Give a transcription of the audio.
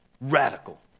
Radical